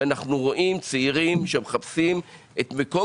ואנחנו רואים צעירים שמחפשים את מקום